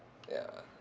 ya